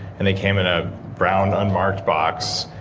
and they came in a brown, unmarked box,